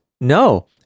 No